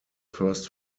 first